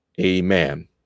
amen